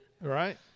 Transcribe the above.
right